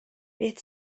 beth